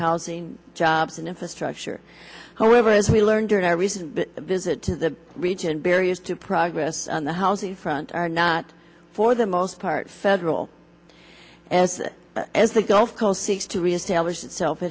housing jobs and infrastructure however as we learned during our recent visit to the region barriers to progress on the housing front are not for the most part federal as as the gulf coast seeks to reestablish itself